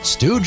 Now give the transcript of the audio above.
Stu